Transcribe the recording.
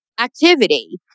activity